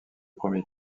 premier